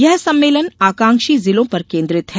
यह सम्मेलन आकांक्षी जिलों पर केंद्रित है